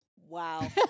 wow